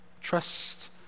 trust